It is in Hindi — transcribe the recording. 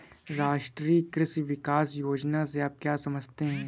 राष्ट्रीय कृषि विकास योजना से आप क्या समझते हैं?